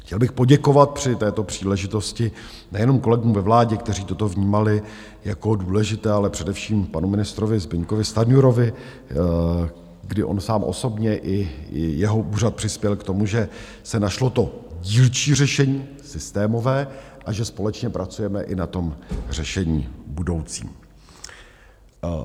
Chtěl bych poděkovat při této příležitosti nejenom kolegům ve vládě, kteří toto vnímali jako důležité, ale především panu ministrovi Zbyňkovi Stanjurovi, kdy on sám osobně i jeho úřad přispěli k tomu, že se našlo to dílčí řešení systémové a že společně pracujeme i na tom řešení budoucím.